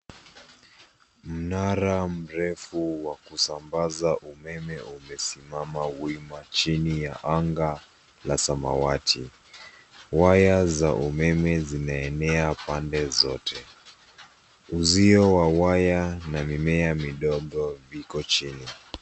Mnara mrefu wa kusambaza umeme umesimama wima chini ya anga la samawati. Waya za umeme zimeenea pande zote. Uzio wa waya na mimea vidogo viko chini.